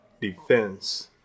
defense